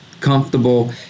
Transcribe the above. comfortable